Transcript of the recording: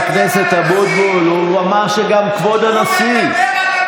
אל תדבר ככה על נשיא המדינה.